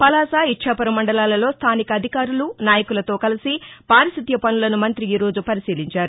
పలాస ఇచ్చాపురం మండలాలలో స్థానిక అధికారులు నాయకులతో కలసి పారిశుధ్యపనులను మంతి ఈరోజు పరిశీలించారు